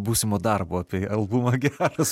būsimo darbo apie albumą geras žmogus